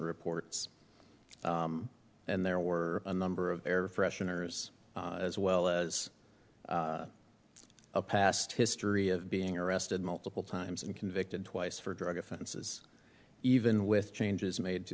reports and there were a number of air fresheners as well as a past history of being arrested multiple times and convicted twice for drug offenses even with changes made to